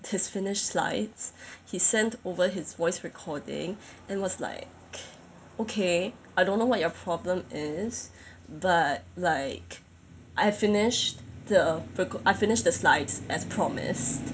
his finished slides he sent over his voice recording and was like okay I don't know what your problem is but like I finished the I finished the slides as promised